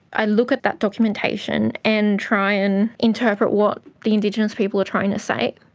i look at that documentation and try and interpret what the indigenous people are trying to say.